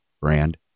brand